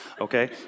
okay